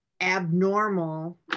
abnormal